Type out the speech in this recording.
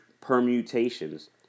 permutations